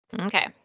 Okay